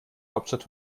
hauptstadt